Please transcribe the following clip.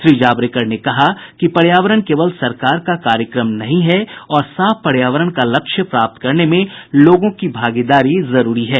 श्री जावड़ेकर ने कहा कि पर्यावरण केवल सरकार का कार्यक्रम नहीं है और साफ पर्यावरण का लक्ष्य प्राप्त करने में लोगों की भागीदारी भी जरूरी है